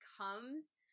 comes